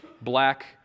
black